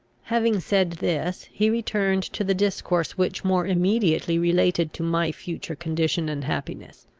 having said this, he returned to the discourse which more immediately related to my future condition and happiness.